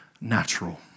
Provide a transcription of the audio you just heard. natural